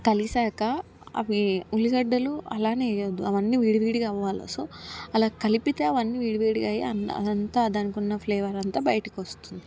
కలిశాక అవి ఉల్లిగడ్డలు అలానే వెయ్యదు అవన్నీ విడివిడిగా అవ్వాలి సో అలా కలిపితే అవన్నీ విడివిదిగాయి అదంతా దానికున్నఫ్లేవర్ అంతా బయటకు వస్తుంది